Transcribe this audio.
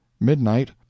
Midnight